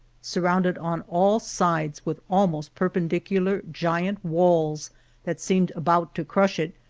sur rounded on all sides with almost perpendicu lar giant walls that seemed about to crush it,